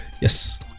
Yes